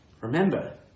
remember